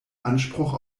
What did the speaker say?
anspruch